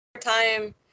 time